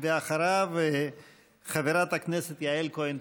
אחריו חברת הכנסת יעל כהן-פארן.